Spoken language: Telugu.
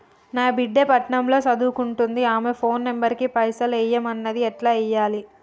నా బిడ్డే పట్నం ల సదువుకుంటుంది ఆమె ఫోన్ నంబర్ కి పైసల్ ఎయ్యమన్నది ఎట్ల ఎయ్యాలి?